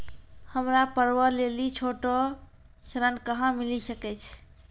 हमरा पर्वो लेली छोटो ऋण कहां मिली सकै छै?